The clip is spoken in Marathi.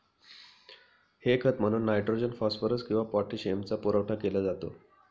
हे खत म्हणून नायट्रोजन, फॉस्फरस किंवा पोटॅशियमचा पुरवठा केला जातो